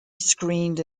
screened